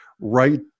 Right